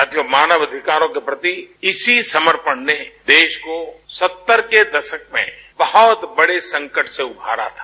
साथियों मानव अधिकारों के प्रति इसी समर्पण ने सत्तर के दशक में बहुत बड़े संकट से उबारा था